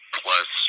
plus